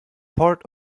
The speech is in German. port